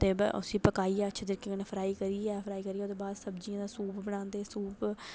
ते उसी पकाइयै इसी अच्छे तरीके भी उन्नूं फ्राई करियै फ्राई करियै ओह्दे बाद सब्जियें दा सूप बनांदे सूप अते ओह्दे बाद